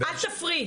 אל תפריעי.